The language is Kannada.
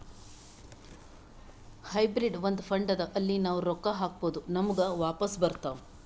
ಹೈಬ್ರಿಡ್ ಒಂದ್ ಫಂಡ್ ಅದಾ ಅಲ್ಲಿ ನಾವ್ ರೊಕ್ಕಾ ಹಾಕ್ಬೋದ್ ನಮುಗ ವಾಪಸ್ ಬರ್ತಾವ್